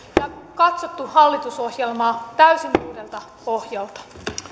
ja katsottu hallitusohjelmaa täysin uudelta pohjalta